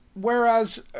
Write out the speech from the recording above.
whereas